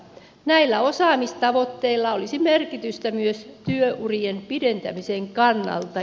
näillä osaamistavoitteilla olisi merkitystä myös työurien pidentämisen kannalta